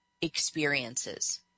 experiences